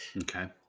Okay